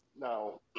Now